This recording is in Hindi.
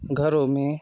घरों में